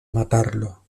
matarlo